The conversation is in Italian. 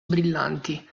brillanti